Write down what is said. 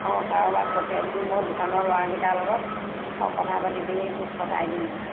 অঁ কাৰোবাক পঠিয়াই দিবি মই দোকানৰ ল'ৰাগিটাৰ লগত কথা পাতি পিনি তোক কটাই দিম